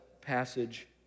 passage